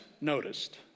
noticed